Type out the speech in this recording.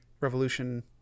Revolution